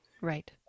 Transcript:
Right